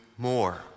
more